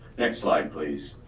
next slide, please.